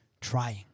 trying